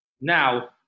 Now